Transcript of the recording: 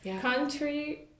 country